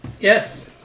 Yes